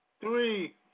three